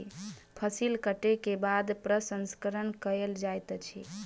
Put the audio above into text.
फसिल कटै के बाद प्रसंस्करण कयल जाइत अछि